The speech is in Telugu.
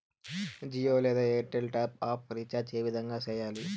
జియో లేదా ఎయిర్టెల్ టాప్ అప్ రీచార్జి ఏ విధంగా సేయాలి